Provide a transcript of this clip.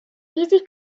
easy